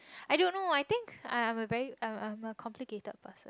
I don't know I think I'm I'm a very I'm I'm a complicated person